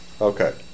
Okay